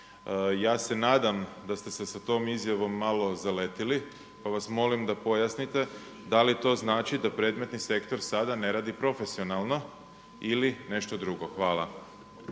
Ja se nadam da ste se sa tom izjavom malo zaletili, pa vas molim da pojasnite da li to znači da predmetni sektor sada ne radi profesionalno ili nešto drugo. Hvala.